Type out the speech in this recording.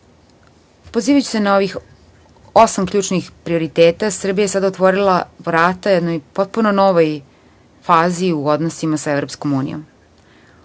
pozivajući se na ovih osam ključnih prioriteta, Srbija je sada otvorila vrata jednoj potpuno novoj fazi u odnosima sa EU.